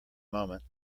moment